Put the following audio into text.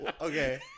okay